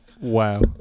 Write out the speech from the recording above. Wow